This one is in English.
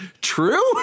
true